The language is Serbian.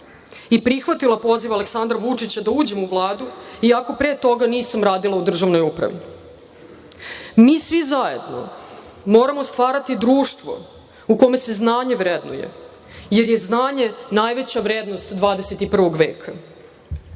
i prihvatila poziv Aleksandra Vučića da uđem u Vladu, iako pre toga nisam radila u državnoj upravi. Mi svi zajedno moramo stvarati društvo u kome se znanje vrednuje, jer je znanje najveća vrednost 21. veka.